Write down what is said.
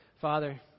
Father